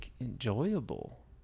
enjoyable